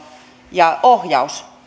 ja ohjaus